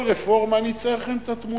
כל רפורמה, אני אצייר לכם את התמונה: